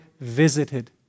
visited